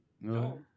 No